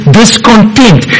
discontent